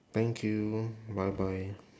thank you bye bye